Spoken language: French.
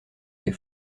les